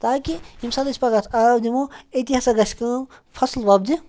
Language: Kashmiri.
تاکہِ ییٚمہِ ساتہٕ أسۍ پَگاہ آب دِمو أتی ہَسا گژھِ کٲم فَصٕل وۄپدِ